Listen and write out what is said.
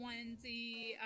onesie